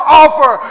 offer